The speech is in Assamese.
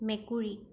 মেকুৰী